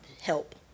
help